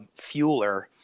fueler